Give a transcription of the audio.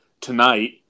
tonight